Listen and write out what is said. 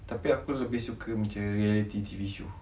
tapi aku lebih suka macam reality T_V show